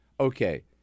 Okay